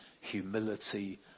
humility